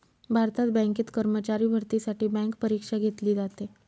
भारतात बँकेत कर्मचारी भरतीसाठी बँक परीक्षा घेतली जाते